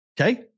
Okay